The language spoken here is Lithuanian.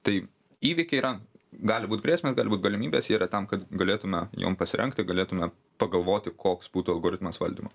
tai įvykiai yra gali būt grėsmės gali būt galimybės jie yra tam kad galėtume jom pasirengti galėtume pagalvoti koks būtų algoritmas valdymo